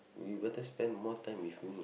you better spend more time with me